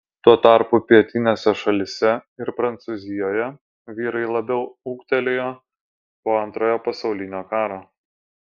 tuo tarpu pietinėse šalyse ir prancūzijoje vyrai labiau ūgtelėjo po antrojo pasaulinio karo